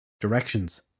Directions